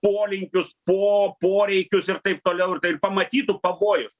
polinkius po poreikius ir taip toliau ir tai pamatytų pavojus